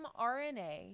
mRNA